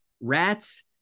rats